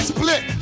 Split